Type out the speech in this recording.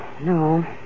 No